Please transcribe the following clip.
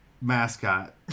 mascot